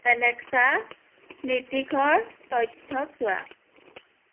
Alexa নিতিশৰ তথ্য চোৱা